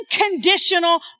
unconditional